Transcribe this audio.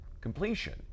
completion